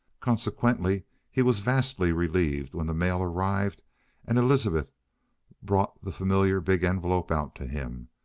consequently he was vastly relieved when the mail arrived and elizabeth brought the familiar big envelope out to him,